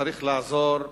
שצריך לעזור לממשלה,